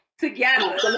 together